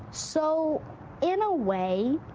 so in a way,